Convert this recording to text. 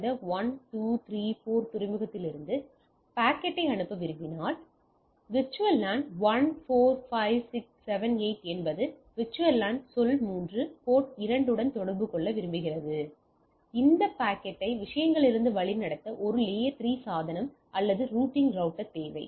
பின்னர் நீங்கள் இந்த 1 2 3 4 துறைமுகத்திலிருந்து பாக்கெட்டை அனுப்ப விரும்பினால் VLAN 1 4 5 6 7 8 என்பது VLAN சொல் 3 ஒரு போர்ட் 2 போர்ட்டுடன் தொடர்பு கொள்ள விரும்புகிறது பின்னர் இந்த பாக்கெட்டை விஷயங்களிலிருந்து வழிநடத்த ஒரு லேயர் 3 சாதனம் அல்லது ரூட்டிங் ரௌட்டர் தேவை